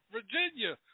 Virginia